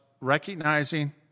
recognizing